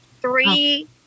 three